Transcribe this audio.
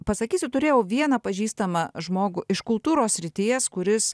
pasakysiu turėjau vieną pažįstamą žmogų iš kultūros srities kuris